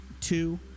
two